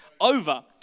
over